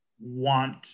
want